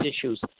issues